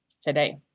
today